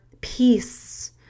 peace